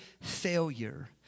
failure